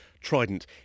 Trident